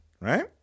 right